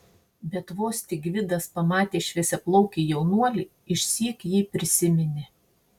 bet vos tik gvidas pamatė šviesiaplaukį jaunuolį išsyk jį prisiminė